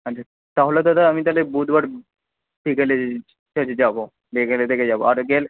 আছা তাহলে দাদা আমি তালে বুধবার বিকালের ঠিক আছে যাবো বিকালের দিকে যাবো আর গেলে